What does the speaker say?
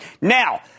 Now